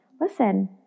listen